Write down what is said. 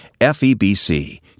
FEBC